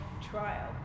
trial